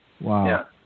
Wow